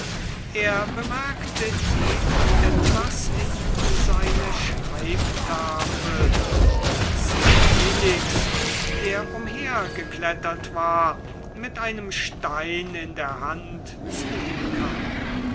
er bemerkte eben etwas in seine schreibtafel als felix der umhergeklettert war mit einem stein in der hand zu ihm kam